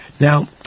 Now